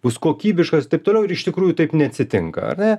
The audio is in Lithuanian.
bus kokybiškas ir taip toliau ir iš tikrųjų taip neatsitinka ar ne